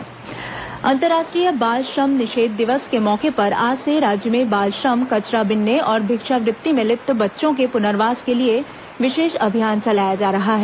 बाल श्रम निषेध दिवस अंतर्राष्ट्रीय बाल श्रम निषेध दिवस के मौके पर आज से राज्य में बाल श्रम कचरा बीनने और भिक्षावृत्ति में लिप्त बच्चों के पुनर्वास के लिए विशेष अभियान चलाया जा रहा है